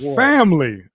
family